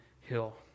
Hill